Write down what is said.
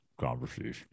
conversation